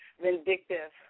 Vindictive